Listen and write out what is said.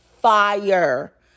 fire